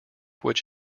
which